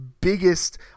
biggest